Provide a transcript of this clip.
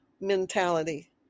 mentality